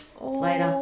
later